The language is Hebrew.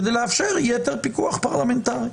כדי לאפשר יתר פיקוח פרלמנטרי.